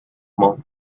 most